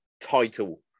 title